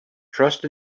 trust